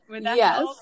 Yes